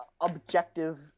objective